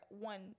one